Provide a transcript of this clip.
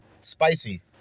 spicy